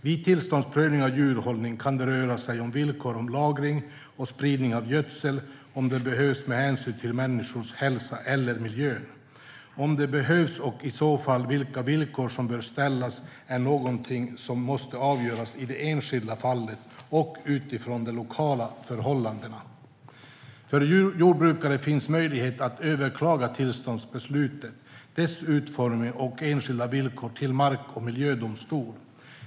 Vid tillståndsprövning av djurhållning kan det röra sig om villkor om lagring och spridning av gödsel om det behövs med hänsyn till människors hälsa eller miljön. Om det behövs och i så fall vilka villkor som bör ställas är någonting som måste avgöras i det enskilda fallet och utifrån de lokala förhållandena. För jordbrukaren finns möjlighet att överklaga tillståndsbeslutet, dess utformning och enskilda villkor till mark och miljödomstol.